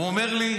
הוא אומר לי,